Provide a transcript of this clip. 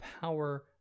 power